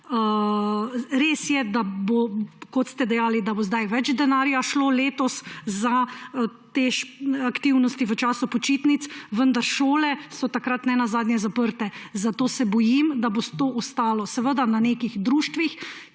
Res je, kot ste dejali, da bo več denarja šlo letos za te aktivnosti v času počitnic, vendar šole so takrat ne nazadnje zaprte, zato se bojim, da bo ostalo na nekih društvih,